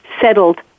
settled